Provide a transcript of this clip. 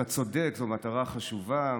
אתה צודק, זו מטרה חשובה.